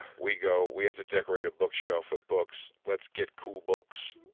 we go, we have to decorate a book shelf with books. let's get cool books.